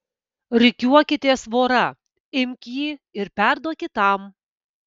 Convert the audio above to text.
rikiuokitės vora imk jį ir perduok kitam